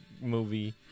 movie